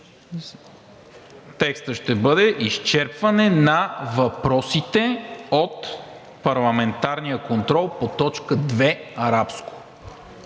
текстът ще бъде: „изчерпване на въпросите от парламентарния контрол по т. 2.“ Така